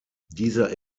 dieser